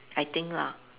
I think lah